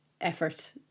effort